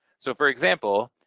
so for example,